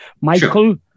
Michael